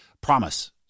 Promise